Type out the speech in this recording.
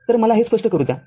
तरमला हे स्पष्ट करू द्या